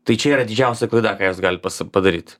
tai čia yra didžiausia klaida ką jis gali pas padaryt